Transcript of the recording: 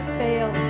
fail